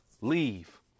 leave